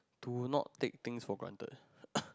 do not take things for granted